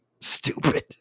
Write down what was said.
stupid